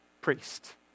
priest